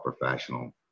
professional